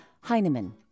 Heinemann